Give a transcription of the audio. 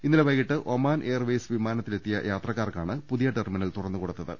ഇന്നലെ വൈകീട്ട് Oman airways വിമാനത്തിലെത്തിയ യാത്രക്കാർക്കാണ് പുതിയ ടെർമിനൽ തുറന്നുകൊടുത്തത്